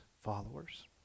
followers